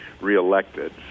reelected